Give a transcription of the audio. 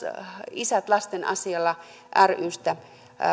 isät lasten asialla ryn edustaja